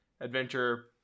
adventure